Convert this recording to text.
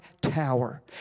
tower